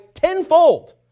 Tenfold